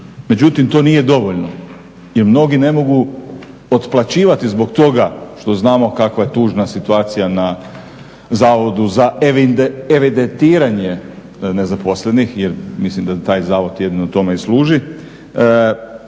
Međutim, to nije dovoljno jer mnogi ne mogu otplaćivati zbog toga što znamo kakva je tužna situacija u zavodu za evidentiranje nezaposlenih, jer mislim da taj zavod jedino tome i služi.